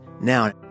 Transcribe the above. now